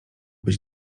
być